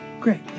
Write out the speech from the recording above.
Great